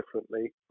differently